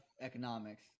economics